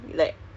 ya